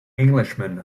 englishman